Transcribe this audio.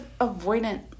avoidant